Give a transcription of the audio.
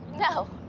no.